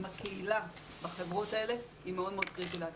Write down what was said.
עם הקהילה בחברות האלה היא מאוד מאוד קריטית להצלחה.